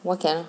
why cannot